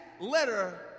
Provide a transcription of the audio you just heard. letter